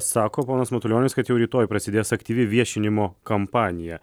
sako ponas matulionis kad jau rytoj prasidės aktyvi viešinimo kampanija